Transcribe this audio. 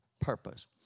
purpose